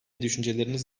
düşünceleriniz